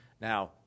Now